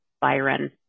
Byron